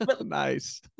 nice